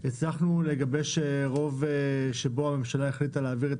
הצלחנו לגבש רוב שבו הממשלה העבירה את